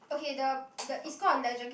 okay the the is called a legend